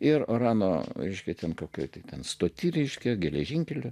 ir orano iškeitėme kokia ten stotyje ryškią geležinkelį